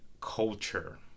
culture